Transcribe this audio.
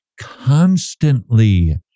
constantly